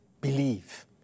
believe